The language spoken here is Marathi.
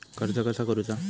कर्ज कसा करूचा?